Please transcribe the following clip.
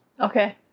Okay